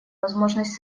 возможность